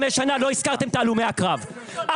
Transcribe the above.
לא הזכרתם את הלומי הקרב,